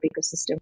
ecosystem